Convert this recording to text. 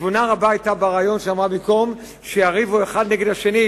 תבונה רבה היתה ברעיון שאמר שבמקום שיריבו אחד נגד השני,